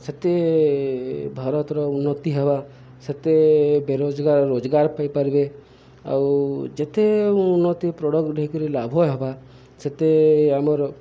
ସେତେ ଭାରତର ଉନ୍ନତି ହେବା ସେତେ ବେରୋଜଗାର ରୋଜଗାର ପାଇପାରିବେ ଆଉ ଯେତେ ଉନ୍ନତି ପ୍ରଡ଼କ୍ଟ ଢକିରି ଲାଭ ହେବା ସେତେ ଆମର